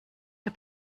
der